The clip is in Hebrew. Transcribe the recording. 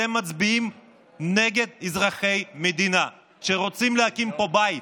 אתם מצביעים נגד אזרחי המדינה שרוצים להקים פה בית,